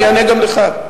אני אענה גם לך.